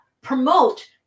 promote